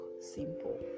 simple